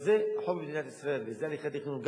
אבל זה החוק במדינת ישראל, ואלה הליכי התכנון.